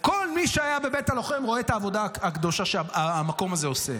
כל מי שהיה בבית הלוחם ראה את העבודה הקדושה שהמקום הזה עושה.